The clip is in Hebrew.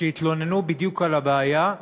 שהתלוננו בדיוק על אותה הבעיה,